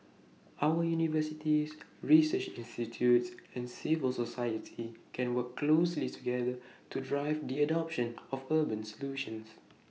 our universities research institutes and civil society can work closely together to drive the adoption of urban solutions